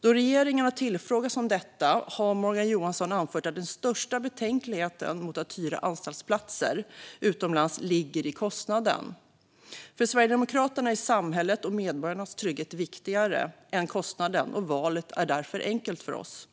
Då regeringen har tillfrågats om detta har Morgan Johansson anfört att den största betänkligheten mot att hyra anstaltsplatser utomlands har med kostnaden att göra. För Sverigedemokraterna är samhället och medborgarnas trygghet viktigare än kostnaden. Valet är därför enkelt för oss.